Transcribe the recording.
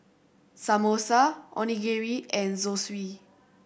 Samosa Onigiri and Zosui